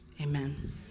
amen